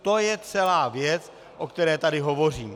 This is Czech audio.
To je celá věc, o které tady hovořím.